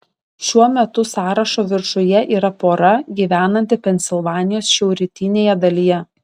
šiuo metu sąrašo viršuje yra pora gyvenanti pensilvanijos šiaurrytinėje dalyje